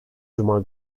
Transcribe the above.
cuma